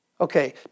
Okay